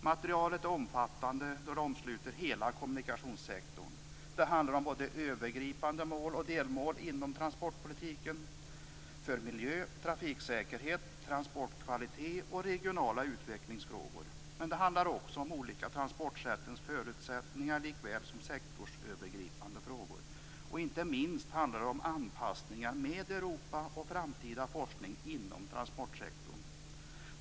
Materialet är omfattande, då det omsluter hela kommunikationssektorn. Det handlar om både övergripande mål och delmål inom transportpolitiken för miljö, trafiksäkerhet, transportkvalitet och om regionala utvecklingsfrågor. Det handlar också om de olika transportsättens förutsättningar likväl som sektorsövergripande frågor. Inte minst handlar det om anpassningar till Europa och framtida forskning inom transportsektorn.